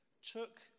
took